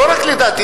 לא רק לדעתי,